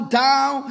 down